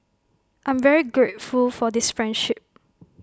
I'm very grateful for this friendship